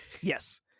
yes